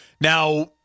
Now